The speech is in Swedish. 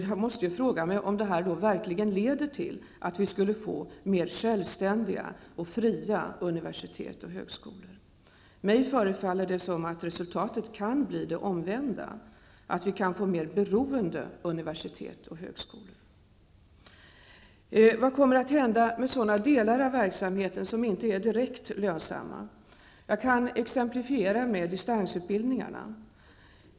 Jag måste fråga mig om detta verkligen leder till att vi får mer självständiga och fria universitet och högskolor. Mig förefaller det som om resultatet kan bli det omvända, att vi kan få mer beroende universitet och högskolor. Vad kommer att hända med sådana delar av verksamheten som inte är direkt lönsamma? Jag kan exemplifiera med distansutbildningarna.